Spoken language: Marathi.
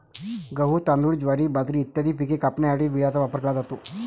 गहू, तांदूळ, ज्वारी, बाजरी इत्यादी पिके कापण्यासाठी विळ्याचा वापर केला जातो